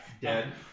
Dead